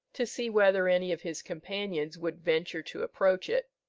to see whether any of his companions would venture to approach it,